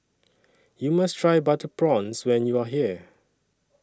YOU must Try Butter Prawns when YOU Are here